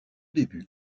début